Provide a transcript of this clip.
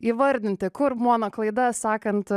įvardinti kur mano klaida sakant